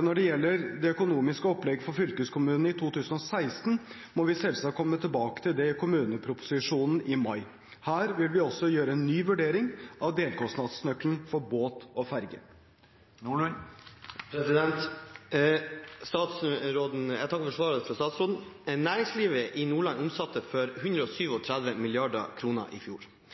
Når det gjelder det økonomiske opplegget for fylkeskommunene i 2016, må vi selvsagt komme tilbake til det i kommuneproposisjonen i mai. Her vil vi også gjøre en ny vurdering av delkostnadsnøkkelen for båt og ferge. Jeg takker for svaret fra statsråden. Næringslivet i Nordland omsatte for 137 mrd. kr i fjor. Eksporten økte med 23 pst. Indeks Nordland viste at veksten i